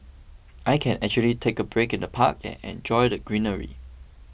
I can actually take a break in the park and enjoy the greenery